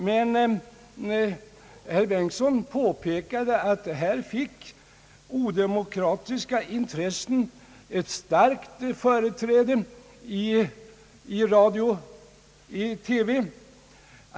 Men herr Bengtson påpekade att odemokratiska intressen får starkt företräde i radio och TV.